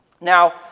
Now